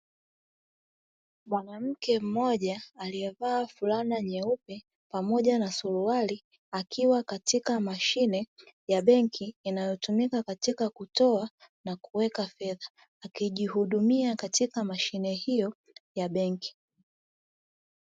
Mwanamke mmoja aliyevaa fulana nyeupe pamoja na suruali, akiwa katika mashine ya benki, inayotumika katika kutoa na kuweka fedha; akijihudumia katika mashine hiyo ya benki.